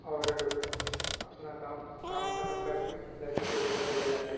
اور اپنا کام کام ختم کر کے لڑکی کو لے کر چلے جاتے